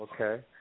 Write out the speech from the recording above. okay